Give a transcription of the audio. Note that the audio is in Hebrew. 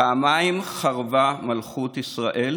פעמיים חרבה מלכות ישראל